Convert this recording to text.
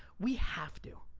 we have to,